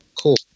Cool